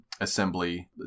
assembly